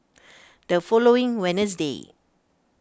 the following Wednesday